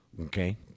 Okay